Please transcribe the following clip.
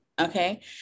Okay